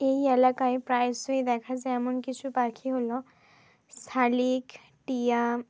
এই এলাকায় প্রায়শই দেখা যায় এমন কিছু পাখি হলো শালিক টিয়া